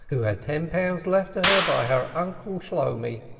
who had ten pounds left her by her uncle shloumi.